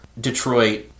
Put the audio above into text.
Detroit